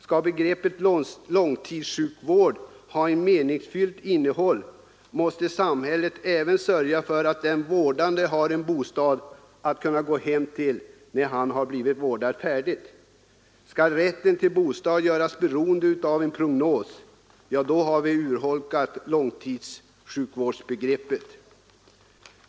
Skall begreppet långtidssjukvård ha ett meningsfullt innehåll, måste samhället även sörja för att den vårdade har en bostad att gå hem till. Skall rätten till en bostad göras beroende av en prognos, då har vi urholkat långtidssjukvårdsbegreppet.